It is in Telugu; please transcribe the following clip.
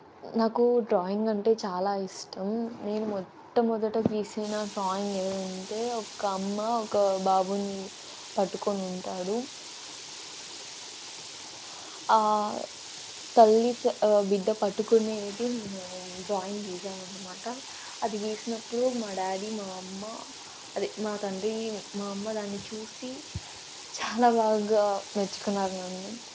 నాకు డ్రాయింగ్ అంటే చాలా ఇష్టం నేను మొట్టమొదట గీసిన డ్రాయింగ్ ఏదంటే ఒక అమ్మ ఒక బాబుని పట్టుకొనుంటాడు తల్లి బిడ్డ పట్టుకునేది నేను డ్రాయింగ్ గీశాననమాట అది గీసినప్పుడు మా డాడీ మా అమ్మ అదే మా తండ్రి మా అమ్మ దాన్ని చూసి చాలా బాగా మెచ్చుకున్నారు నన్ను